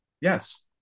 yes